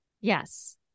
Yes